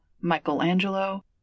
Michelangelo